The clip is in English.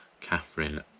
Catherine